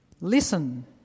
Listen